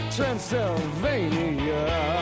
Transylvania